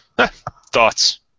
Thoughts